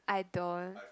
I don't